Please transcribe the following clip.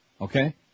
Okay